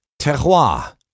Terroir